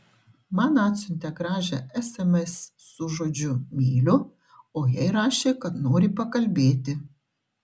man atsiuntė gražią sms su žodžiu myliu o jai rašė kad nori pakalbėti